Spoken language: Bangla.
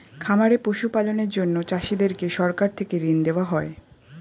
খামারে পশু পালনের জন্য চাষীদেরকে সরকার থেকে ঋণ দেওয়া হয়